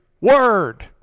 Word